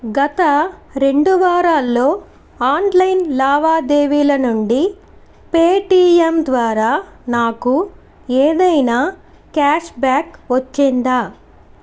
గత రెండు వారాల్లో ఆన్లైన్ లావాదేవీల నుండి పేటిఎమ్ ద్వారా నాకు ఏదైనా క్యాష్బ్యాక్ వచ్చిందా